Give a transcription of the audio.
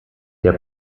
der